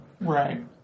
Right